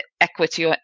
equity